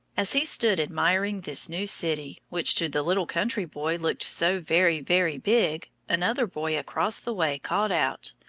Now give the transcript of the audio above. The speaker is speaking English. as he stood admiring this new city, which to the little country boy looked so very, very big, another boy across the way called out,